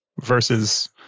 versus